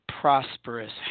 prosperous